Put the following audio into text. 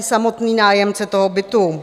Samotný nájemce toho bytu.